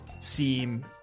seem